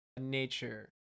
nature